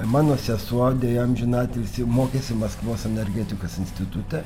mano sesuo deja amžiną atilsį mokėsi maskvos energetikos institute